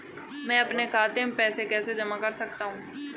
मैं अपने खाते में पैसे कैसे जमा कर सकता हूँ?